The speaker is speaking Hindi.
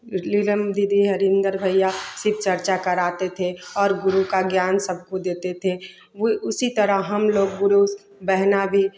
लीलम दीदी हरिंदर भईया सिर्फ चर्चा कराते थे और गुरु का ज्ञान सबको देते थे वह उसी तरह हम लोग गुरु बहना भी